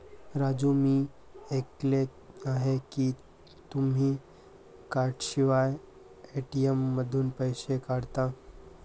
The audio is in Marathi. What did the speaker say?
राजू मी ऐकले आहे की तुम्ही कार्डशिवाय ए.टी.एम मधून पैसे काढता